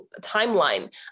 timeline